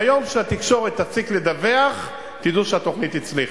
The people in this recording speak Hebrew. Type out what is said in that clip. ביום שהתקשורת תפסיק לדווח, תדעו שהתוכנית הצליחה.